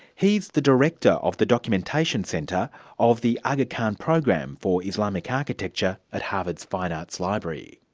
he's the director of the documentation centre of the aga khan program for islamic architecture at harvard's fine arts library.